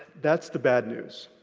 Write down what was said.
that's the bad news.